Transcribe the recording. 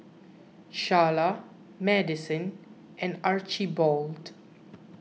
Charla Maddison and Archibald